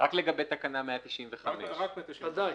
רק לגבי תקנה 195. תודה.